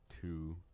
Two